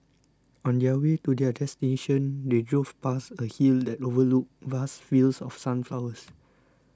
on their way to their destination they drove past a hill that overlooked vast fields of sunflowers